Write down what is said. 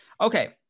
okay